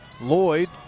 Lloyd